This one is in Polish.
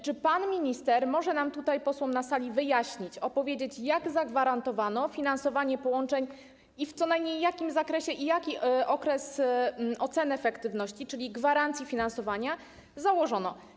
Czy pan minister może nam tutaj, posłom na sali, wyjaśnić, opowiedzieć, jak zagwarantowano finansowanie połączeń i w co najmniej jakim zakresie i jaki okres ocen efektywności, czyli gwarancji finansowania, założono?